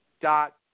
dot